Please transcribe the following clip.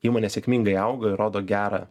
įmonė sėkmingai auga rodo gerą